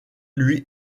lui